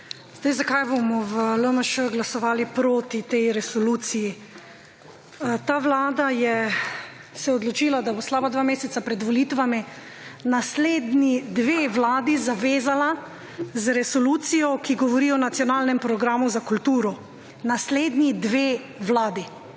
Zakaj bomo v LMŠ glasovali proti tej resoluciji. Ta Vlada se je odločila, da bo slaba dva meseca pred volitvami naslednji dve vladi zavezala z resolucijo, ki govori o nacionalnem programu za kulturo naslednji dve vladi.